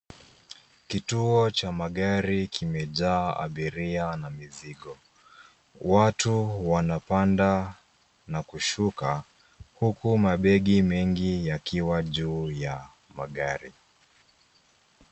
Kituo cha magari kimejaa abiria na mizigo. Watu wanapanda na kushuka, huku mabegi mengi yakiwa juu ya magari.